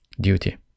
duty